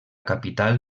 capital